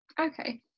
Okay